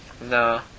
No